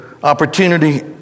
Opportunity